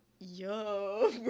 yo